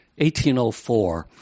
1804